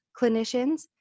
clinicians